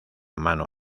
mano